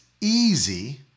easy